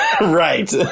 right